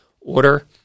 order